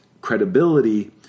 credibility